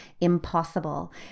impossible